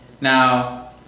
Now